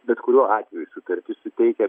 bet kuriuo atveju sutartis suteikia